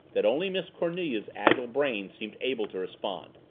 that only miss cornelia's agile brain seemed able to respond.